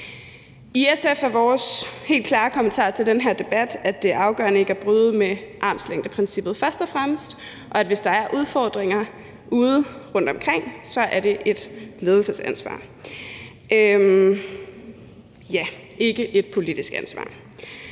mening. Vores helt klare kommentar i SF til den her debat er, at det først og fremmest er afgørende ikke at bryde med armslængdeprincippet, og at hvis der er udfordringer udeomkring, er det et ledelsesansvar og ikke et politisk ansvar.